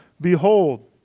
behold